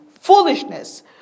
foolishness